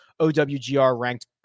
OWGR-ranked